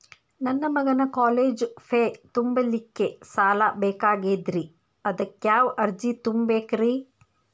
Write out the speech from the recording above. ನನ್ನ ಮಗನ college fee ತುಂಬಲಿಕ್ಕೆ ಸಾಲ ಬೇಕಾಗೆದ್ರಿ ಅದಕ್ಯಾವ ಅರ್ಜಿ ತುಂಬೇಕ್ರಿ?